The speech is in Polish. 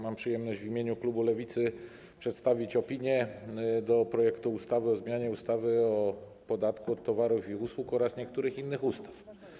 Mam przyjemność w imieniu klubu Lewicy przedstawić opinię odnośnie do projektu ustawy o zmianie ustawy o podatku od towarów i usług oraz niektórych innych ustaw.